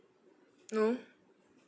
no